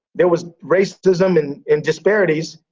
there was racism and and disparities,